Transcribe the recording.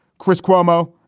chris cuomo.